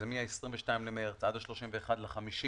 מ-22 במארס עד 31.5,